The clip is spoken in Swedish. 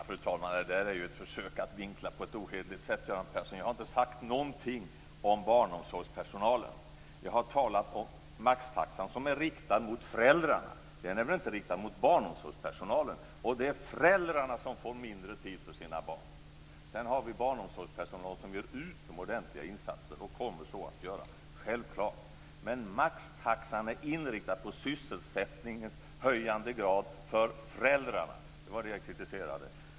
Fru talman! Det här är ett försök att vinkla på ett ohederligt sätt, Göran Persson. Jag har inte sagt någonting om barnomsorgspersonalen. Jag har talat om maxtaxan, som är riktad mot föräldrarna. Den är väl inte riktad mot barnomsorgspersonalen. Det är föräldrarna som får mindre tid för sina barn. Vi har självklart barnomsorgspersonal som gör utomordentliga insatser och kommer så att göra. Men maxtaxan är inriktad på en höjning av sysselsättningsgraden för föräldrarna. Det var det jag kritiserade.